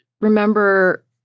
remember